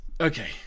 Okay